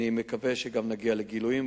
אני מקווה שגם נגיע לגילויים,